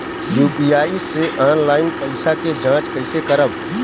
UPI से आइल पईसा के जाँच कइसे करब?